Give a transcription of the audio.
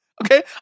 Okay